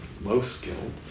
low-skilled